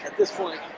this point,